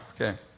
Okay